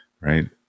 right